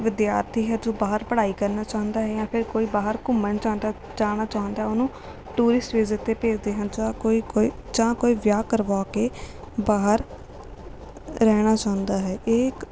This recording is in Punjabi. ਵਿਦਿਆਰਥੀ ਹੈ ਜੋ ਬਾਹਰ ਪੜ੍ਹਾਈ ਕਰਨਾ ਚਾਹੁੰਦਾ ਹੈ ਜਾਂ ਫਿਰ ਕੋਈ ਬਾਹਰ ਘੁੰਮਣ ਜਾਂਦਾ ਜਾਣਾ ਚਾਹੁੰਦਾ ਉਹਨੂੰ ਟੂਰਿਸਟ ਵੀਜ਼ੇ 'ਤੇ ਭੇਜਦੇ ਹਨ ਜਾਂ ਕੋਈ ਕੋਈ ਜਾਂ ਕੋਈ ਵਿਆਹ ਕਰਵਾ ਕੇ ਬਾਹਰ ਰਹਿਣਾ ਚਾਹੁੰਦਾ ਹੈ ਇਹ ਇੱਕ